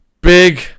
big